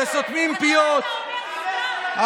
לא לאשר לעבריין להיות שר?